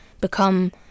become